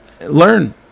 Learn